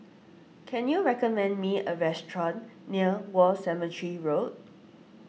can you recommend me a restaurant near War Cemetery Road